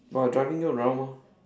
but I driving you around lah